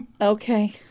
Okay